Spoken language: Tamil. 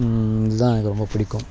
இதுதான் எனக்கு ரொம்பப் பிடிக்கும்